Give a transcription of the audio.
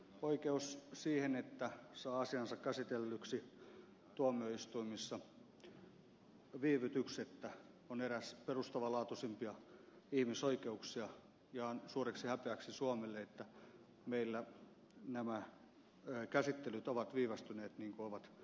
oikeus siihen että saa asiansa käsitellyksi tuomioistuimissa viivytyksettä on eräs perustavanlaatuisimpia ihmisoikeuksia ja on suureksi häpeäksi suomelle että meillä nämä käsittelyt ovat viivästyneet niin kuin ovat viivästyneet